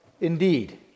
indeed